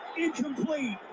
incomplete